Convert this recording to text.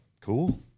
cool